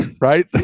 right